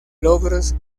logros